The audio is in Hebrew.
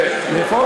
בזכויות הילד.